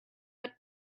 but